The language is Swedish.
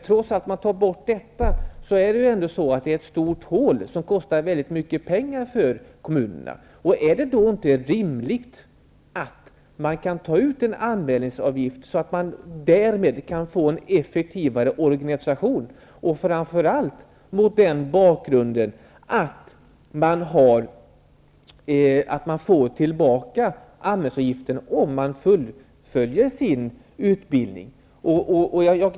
Trots att man räknar bort sådant är det ändå ett stort hål som kostar väldigt mycket pengar för kommunerna. Är det då inte rimligt att ta ut en anmälningsavgift, så att det därmed kan bli en effektivare organisation, framför allt mot bakgrund av att man får tillbaka anmälningsavgiften om man fullföljer sin utbildning?